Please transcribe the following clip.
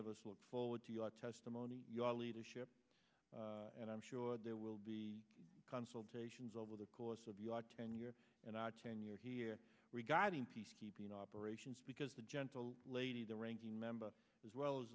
of us look forward to your testimony your leadership and i'm sure there will be consultations over the course of your tenure and i tenure here regarding peacekeeping operations because the gentle lady the ranking member as well a